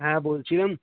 হ্যাঁ বলছিলাম